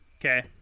okay